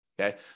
okay